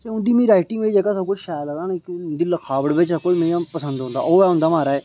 क्यों औंदी मीं राइंटिग बिच जेहड़ा सब तू शैल लगदा ऐ उं'दी लिखावट बिच आक्खो ना पसंद औंदा ओह् है उं'दा महाराज